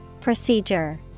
Procedure